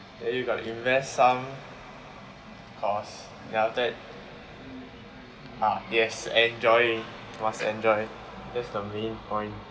then you gotta invest some cause then after that ah yes enjoy must enjoy that's the main point